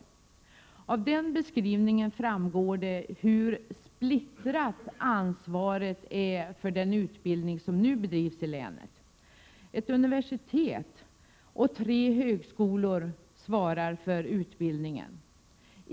Av den beskrivningen framgår det hur splittrat ansvaret är för den utbildning som nu bedrivs i länet. Ett universitet och tre högskolor svarar för utbildningen.